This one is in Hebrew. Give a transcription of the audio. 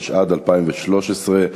התשע"ד 2013,